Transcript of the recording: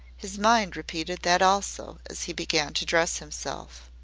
his mind repeated that also, as he began to dress himself.